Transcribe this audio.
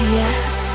yes